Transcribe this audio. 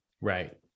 right